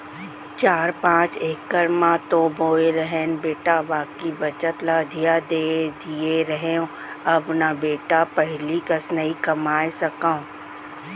चार पॉंच इकड़ म तो बोए रहेन बेटा बाकी बचत ल अधिया दे दिए रहेंव अब न बेटा पहिली कस नइ कमाए सकव